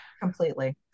completely